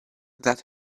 that